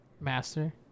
Master